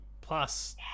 plus